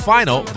Final